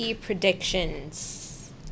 predictions